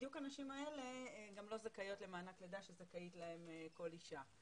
בדיוק הנשים האלה גם לא זכאיות למענק לידה שזכאית להם כל אישה.